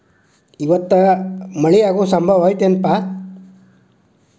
ಇವತ್ತ ಮಳೆ ಆಗು ಸಂಭವ ಐತಿ ಏನಪಾ?